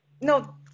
No